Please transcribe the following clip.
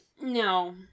No